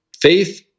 Faith